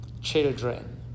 children